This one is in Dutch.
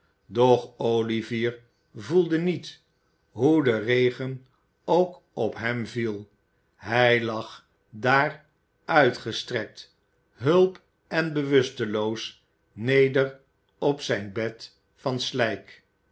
olivier vélde niet hoe de regen ook op hem viel hij lag daar uitgestrekt hulp en bewusteloos neder op zijn bed van slijk